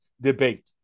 debate